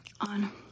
on